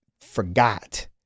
forgot